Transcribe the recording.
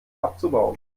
abzubauen